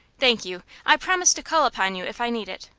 thank you, i promise to call upon you if i need it.